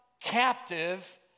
captive